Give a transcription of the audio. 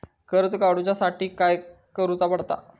कर्ज काडूच्या साठी काय करुचा पडता?